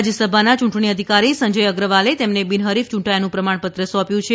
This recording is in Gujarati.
રાજ્યસભાના ચૂંટણી અધિકારી સંજય અગ્રવાલે તેમને બિન હરિફ ચૂંટાયાનું પ્રમાણપત્ર સોંપ્યું છે